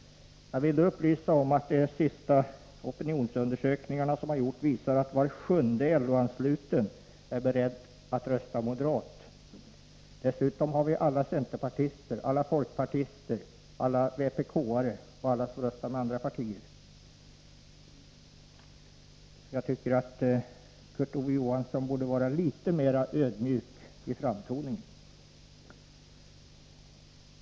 Jag vill då upplysa om att det enligt de senaste opinionsundersökningar som har gjorts har visat sig att var sjunde LO-ansluten är beredd att rösta på moderaterna. Dessutom har vi alla centerpartister, alla folkpartister, alla vpk-are och alla som röstar på andra partier. Jag tycker att Kurt Ove Johansson borde vara litet mer ödmjuk i framtoningen.